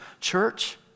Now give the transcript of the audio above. Church